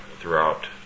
throughout